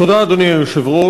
תודה, אדוני היושב-ראש.